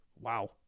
wow